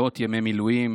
מאות ימי מילואים,